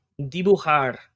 Dibujar